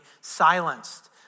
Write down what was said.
silenced